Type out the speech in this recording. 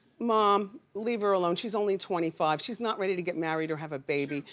mom, leave her alone, she's only twenty five, she's not ready to get married or have a baby.